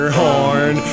horn